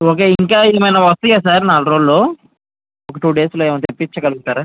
okay ఇంకా ఏమైనా వస్తాయా సార్ నాలుగు రోజుల్లో ఒక టూ డేస్లో ఏమైనా తెప్పించగలుగుతారా